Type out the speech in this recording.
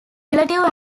relative